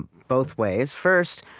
both ways. first,